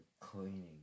cleaning